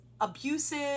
abusive